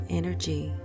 energy